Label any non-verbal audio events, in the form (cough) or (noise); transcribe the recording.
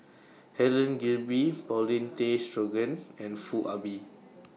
(noise) Helen Gilbey Paulin Tay Straughan and Foo Ah Bee